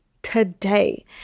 Today